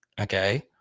Okay